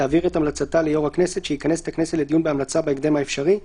תעביר את המלצתה ליו"ר הכנסת שיכנס את הכנסת לדיון בהמלצה בהקדם האפשרי;